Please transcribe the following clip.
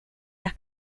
las